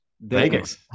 vegas